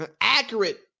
accurate